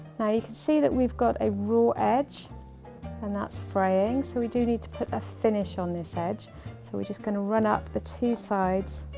now you can see that we've got a raw edge and that's fraying so we do need to put a finish on this edge so we're just going to run up the two sides